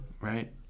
right